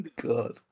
God